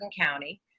County